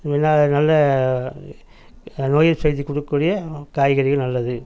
நல்ல நல்ல நோய் எதிர்ப்பு சத்தி கொடுக்ககூடிய காய்கறிகள் நல்லது